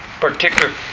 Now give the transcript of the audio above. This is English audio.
particular